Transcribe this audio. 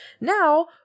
Now